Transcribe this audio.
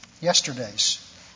yesterday's